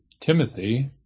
timothy